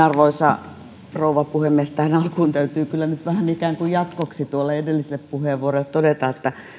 arvoisa rouva puhemies tähän alkuun täytyy kyllä nyt vähän ikään kuin jatkoksi tuolle edelliselle puheenvuorolle todeta että